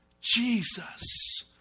Jesus